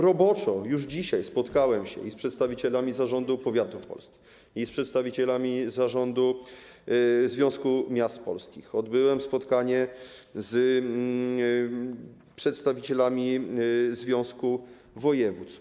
Roboczo już dzisiaj spotkałem się z przedstawicielami zarządu Związku Powiatów Polskich, z przedstawicielami zarządu Związku Miast Polskich, odbyłem spotkanie z przedstawicielami Związku Województw RP.